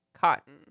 cotton